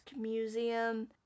Museum